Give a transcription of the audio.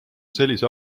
sellise